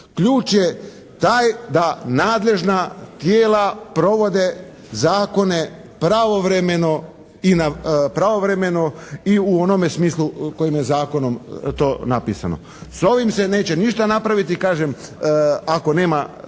Ključ je taj da nadležna tijela provode zakone pravovremeno i u onome smislu u kojem je to u zakonu napisano. S ovim se neće ništa napraviti kažem ako nema toga